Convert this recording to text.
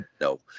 no